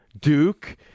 Duke